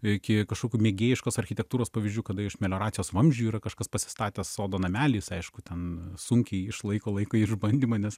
iki kažkokių mėgėjiškos architektūros pavyzdžių kada iš melioracijos vamzdžių yra kažkas pasistatęs sodo namelį aišku ten sunkiai išlaiko laiko išbandymą nes